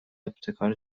ابتکار